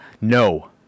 No